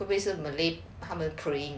会不会是 malay 他们 praying